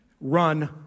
run